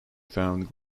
found